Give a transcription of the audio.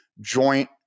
joint